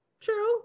true